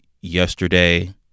yesterday